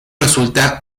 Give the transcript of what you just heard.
resulta